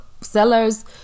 sellers